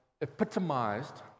epitomized